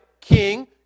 king